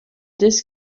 this